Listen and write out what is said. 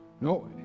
No